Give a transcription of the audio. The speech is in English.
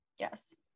Yes